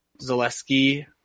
Zaleski